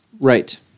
Right